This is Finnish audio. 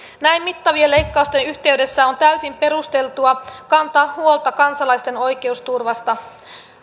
näin mittavien leikkausten yhteydessä on täysin perusteltua kantaa huolta kansalaisten oikeusturvasta